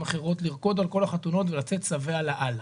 אחרות לרקוד על כל החתונות ולצאת שבע לאללה.